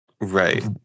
right